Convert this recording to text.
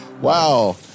Wow